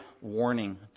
warning